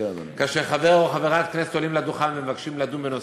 שכאשר חבר או חברת כנסת עולים לדוכן ומבקשים לדון בנושא,